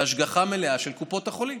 בהשגחה מלאה של קופות החולים.